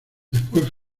después